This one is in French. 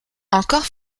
encore